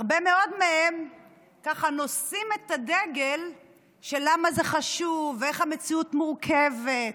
הרבה מאוד מהם נושאים את הדגל של למה זה חשוב ואיך המציאות מורכבת.